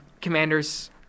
Commanders